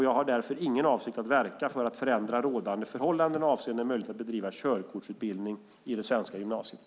Jag har därför ingen avsikt att verka för att förändra rådande förhållanden avseende möjligheten att bedriva körkortsutbildning i gymnasiet.